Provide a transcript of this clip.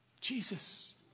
Jesus